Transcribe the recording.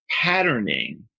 patterning